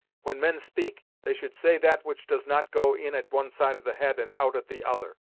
when men speak, they should say that which does not go in at one side of the head and out at the other.